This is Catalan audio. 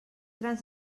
grans